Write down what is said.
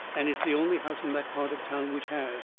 and it's the only house in that part of town which has.